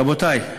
רבותי,